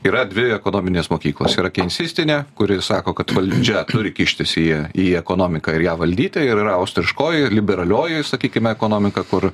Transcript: yra dvi ekonominės mokyklos yra kinsistinė kuri sako kad valdžia turi kištis į į ekonomiką ir ją valdyti ir yra austriškoji liberalioji sakykim ekonomika kur